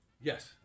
Yes